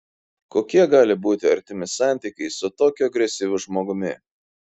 kokie gali būti artimi santykiai su tokiu agresyviu žmogumi